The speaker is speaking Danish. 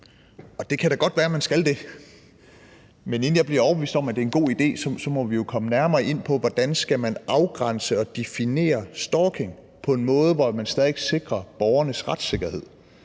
Det kan da godt være at man skal det, men inden jeg bliver overbevist om, at det er en god idé, så må vi jo komme nærmere ind på, hvordan man skal afgrænse og definere stalking på en måde, hvor man stadig væk sikrer borgernes retssikkerhed.